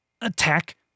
Attack